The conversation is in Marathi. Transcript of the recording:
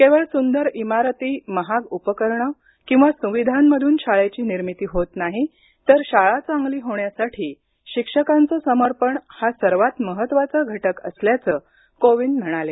केवळ सुंदर इमारती महाग उपकरणे किंवा सुविधांमधून शाळेची निर्मिती होत नाही तर शाळा चांगली होण्यासाठी शिक्षकांचं समर्पण हा सर्वात महत्त्वाचा घटक असल्याचं कोविंद म्हणाले